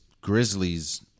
Grizzlies